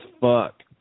fuck